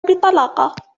بطلاقة